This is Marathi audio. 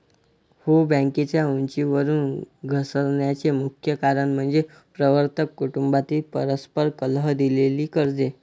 हो, बँकेच्या उंचीवरून घसरण्याचे मुख्य कारण म्हणजे प्रवर्तक कुटुंबातील परस्पर कलह, दिलेली कर्जे